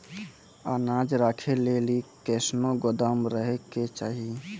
अनाज राखै लेली कैसनौ गोदाम रहै के चाही?